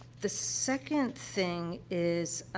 the second thing is,